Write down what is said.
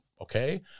okay